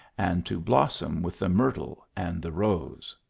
and to blossom with the myrtle and the rose.